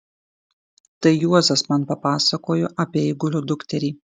tai juozas man papasakojo apie eigulio dukterį